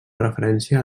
referència